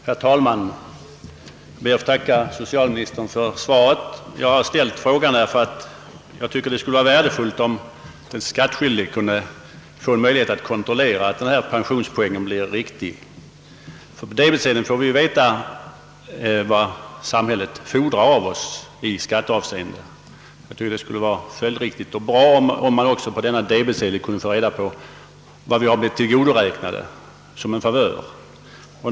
Herr talman! Jag ber att få tacka socialministern för svaret. Jag har ställt frågan emedan jag anser att det skulle vara värdefullt, om den skattskyldige kunde få möjlighet att kontrollera att pensionspoängen blir riktig. På debetsedeln får vi veta vad samhället fordrar av oss i skatteavsende. Det skulle därför vara följdriktigt, om vi på debetsedeln också kunde få reda på vad vi blivit tillgodoräknade.